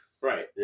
Right